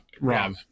rob